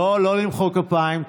לא, לא למחוא כפיים.